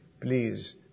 please